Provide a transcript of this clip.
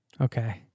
Okay